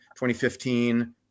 2015